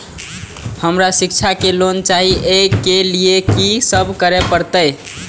हमरा शिक्षा लोन चाही ऐ के लिए की सब करे परतै?